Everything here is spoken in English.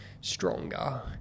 stronger